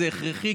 זה הכרחי.